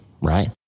right